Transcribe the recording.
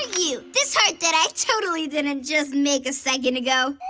you, this heart that i totally didn't and just make a second ago.